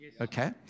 okay